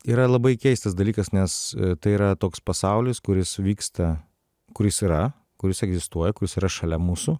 yra labai keistas dalykas nes tai yra toks pasaulis kuris vyksta kuris yra kuris egzistuoja kuris yra šalia mūsų